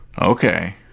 Okay